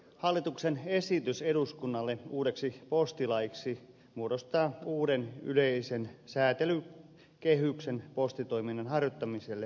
hallituksen esitys eduskunnalle uudeksi postilaiksi muodostaa uuden yleisen säätelykehyksen postitoiminnan harjoittamiselle maassamme